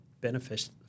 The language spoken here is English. benefits